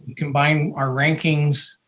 combine our rankings,